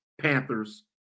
Panthers